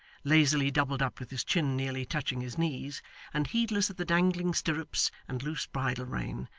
lazily doubled up with his chin nearly touching his knees and heedless of the dangling stirrups and loose bridle-rein,